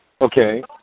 Okay